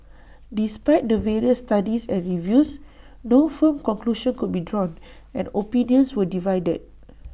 despite the various studies and reviews no firm conclusion could be drawn and opinions were divided